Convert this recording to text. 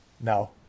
No